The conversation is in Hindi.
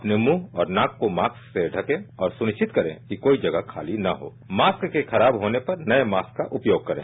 अपने मुंह और नाक को मास्क से ढके और सुनिश्चित करें कि कोई जगह खाली न हो और मास्क के खराब होने पर नये मास्क का उपयोग करें